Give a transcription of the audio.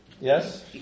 Yes